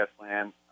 land